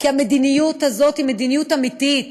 כי המדיניות הזאת היא מדיניות אמיתית,